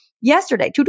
yesterday